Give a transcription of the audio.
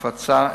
הפצה,